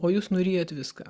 o jūs nuryjat viską